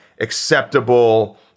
acceptable